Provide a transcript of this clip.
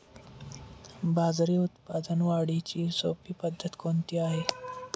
बाजरी उत्पादन वाढीची सोपी पद्धत कोणती आहे?